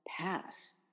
pass